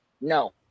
No